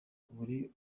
muri